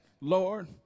Lord